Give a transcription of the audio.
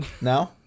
No